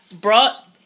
brought